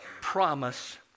promise